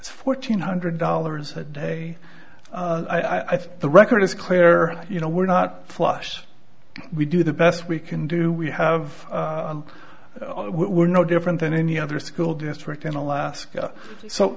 fourteen hundred dollars a day i think the record is clear you know we're not flush we do the best we can do we have we're no different than any other school district in alaska so